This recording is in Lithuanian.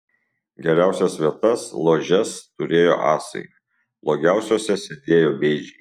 geriausias vietas ložes turėjo asai blogiausiose sėdėjo bėdžiai